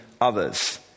others